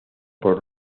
por